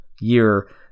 year